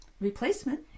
replacement